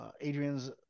Adrian's